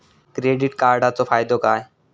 Credit कार्डाचो फायदो काय?